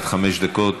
עד חמש דקות.